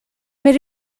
may